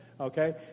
Okay